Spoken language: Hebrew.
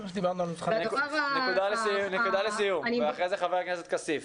נקודה לסיום, ואחרי זה ח"כ כסיף.